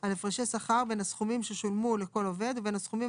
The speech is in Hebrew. על הפרשי שכר בין הסכומים ששולמו לכל עובד ובין הסכומים